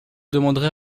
demanderai